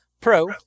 Pro